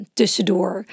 tussendoor